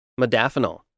Modafinil